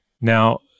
Now